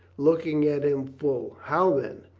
looking at him full. how then?